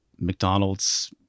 McDonald's